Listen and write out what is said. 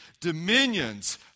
dominions